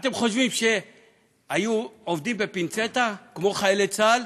אתם חושבים שהיו עובדים בפינצטה כמו חיילי צה"ל,